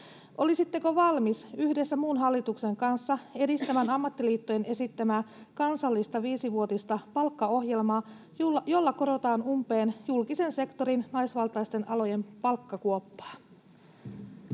Olisitteko valmis yhdessä muun hallituksen kanssa edistämään ammattiliittojen esittämää kansallista viisivuotista palkkaohjelmaa, jolla kurotaan umpeen julkisen sektorin naisvaltaisten alojen palkkakuoppaa?